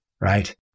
right